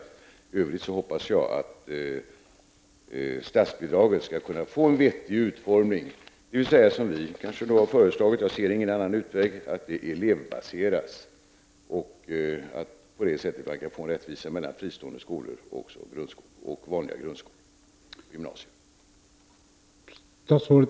I övrigt hoppas jag att statsbidraget skall få en vettig utformning, kanske som vi moderater har föreslagit — jag ser ingen annan utväg — dvs. att det elevbaseras och att rättvisa på det sättet kan uppnås mellan fristående skolor och vanliga grundskolor och gymnasier.